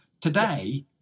today